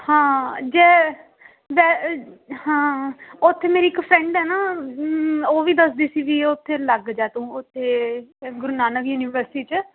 ਹਾਂ ਜੇ ਵੈਸੇ ਹਾਂ ਉੱਥੇ ਮੇਰੀ ਇੱਕ ਫਰੈਂਡ ਹੈ ਨਾ ਉਹ ਵੀ ਦੱਸਦੀ ਸੀ ਵੀ ਉੱਥੇ ਲੱਗ ਜਾ ਤੂੰ ਉੱਥੇ ਗੁਰੂ ਨਾਨਕ ਯੂਨੀਵਰਸਿਟੀ 'ਚ